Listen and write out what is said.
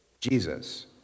Jesus